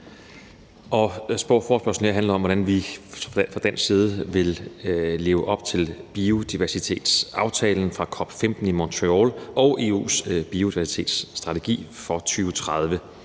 stoppes. Forespørgslen her handler om, hvordan vi fra dansk side vil leve op til biodiversitetsaftalen fra COP15 i Montreal og EU's biodiversitetsstrategi for 2030,